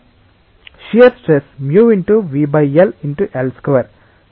shear stress μ × VL × L2